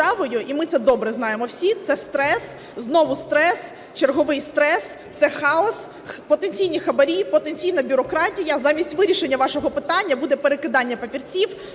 і ми це добре знаємо всі, це стрес, знову стрес, черговий стрес, це хаос, потенційні хабарі, потенційна бюрократія. Замість вирішення вашого питання буде перекидання папірців,